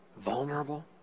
vulnerable